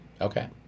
Okay